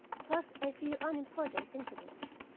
plus a few unimportant incidents,